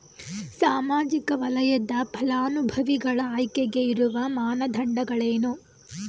ಸಾಮಾಜಿಕ ವಲಯದ ಫಲಾನುಭವಿಗಳ ಆಯ್ಕೆಗೆ ಇರುವ ಮಾನದಂಡಗಳೇನು?